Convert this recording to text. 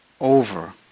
over